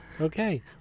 Okay